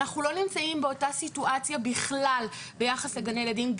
אנחנו לא נמצאים באותה סיטואציה בכלל ביחס לגני ילדים.